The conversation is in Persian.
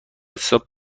حساب